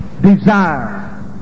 desire